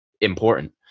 important